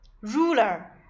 Ruler